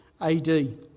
AD